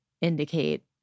indicate